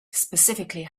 specifically